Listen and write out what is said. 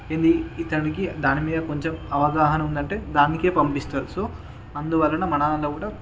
ఏంది ఇతనికి దాని మీద కొంచం అవగాహన ఉందంటే దానికే పంపిస్తారు సో అందువలన మన దాన్లో కూడా